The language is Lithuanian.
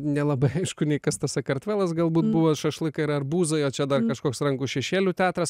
nelabai aišku nei kas tas sakartvelas galbūt buvo šašlykai ir arbūzai o čia dar kažkoks rankų šešėlių teatras